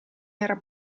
era